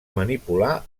manipular